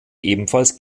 ebenfalls